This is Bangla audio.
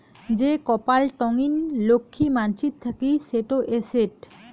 যে কপাল টঙ্নি লক্ষী মানসির থাকি সেটো এসেট